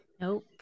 nope